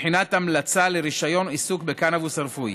לבחינת המלצה לרישיון עיסוק בקנבוס רפואי.